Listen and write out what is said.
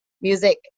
music